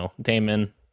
Damon